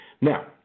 Now